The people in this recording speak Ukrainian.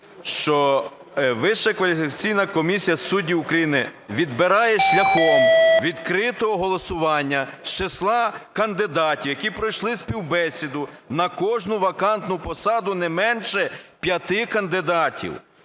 України відбирає шляхом відкритого голосування з числа кандидатів, які пройшли співбесіду, на кожна вакантну посаду не менше 5 кандидатів,